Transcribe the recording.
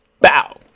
Bow